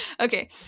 okay